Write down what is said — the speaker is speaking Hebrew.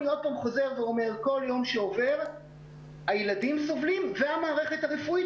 כל יום שעובר הילדים סובלים והמערכת הרפואית